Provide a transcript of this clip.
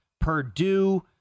Purdue